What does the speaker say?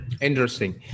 Interesting